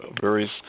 various